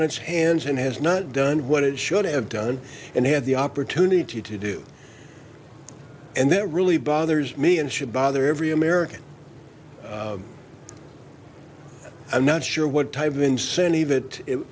on its hands and has not done what it should have done and had the opportunity to do and that really bothers me and should bother every american i'm not sure what type of incentive